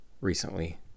recently